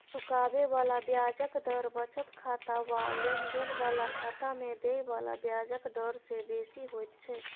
चुकाबे बला ब्याजक दर बचत खाता वा लेन देन बला खाता में देय बला ब्याजक डर से बेसी होइत छै